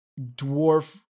dwarf